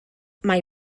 mae